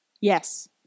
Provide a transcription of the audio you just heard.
Yes